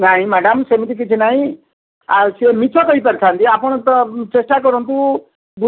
ନାଇଁ ମ୍ୟାଡ଼ାମ୍ ସେମିତି କିଛି ନାହିଁ ଆଉ ସେ ମିଛ କହିପାରିଥାନ୍ତି ଆପଣ ତ ଚେଷ୍ଟା କରନ୍ତୁ